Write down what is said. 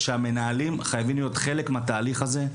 שהמנהלים חייבים להיות חלק מהתהליך הזה,